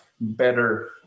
better